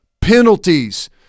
penalties